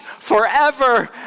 forever